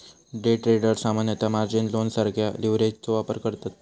day traders सामान्यतः margin लोनसारख्या लीव्हरेजचो वापर करतत